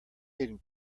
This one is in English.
hidden